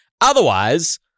otherwise